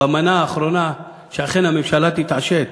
במנה האחרונה, שאכן הממשלה תתעשת.